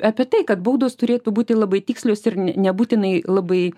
apie tai kad baudos turėtų būti labai tikslios ir ne nebūtinai labai